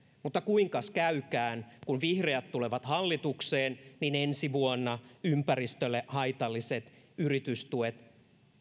mutta kuinkas käykään kun vihreät tulivat hallitukseen niin ensi vuonna ympäristölle haitalliset yritystuet